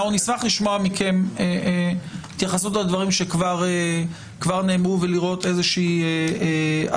אנחנו נשמח לשמוע מכם התייחסות לדברים שכבר נאמרו לשמוע איזו שהיא הצעה.